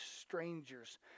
strangers